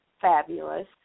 fabulous